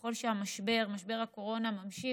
ככל שמשבר הקורונה נמשך,